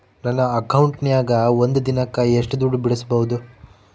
ನನ್ನ ಅಕೌಂಟಿನ್ಯಾಗ ಒಂದು ದಿನಕ್ಕ ಎಷ್ಟು ದುಡ್ಡು ಬಿಡಿಸಬಹುದು?